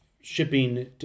shipping